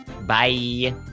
Bye